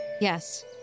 Yes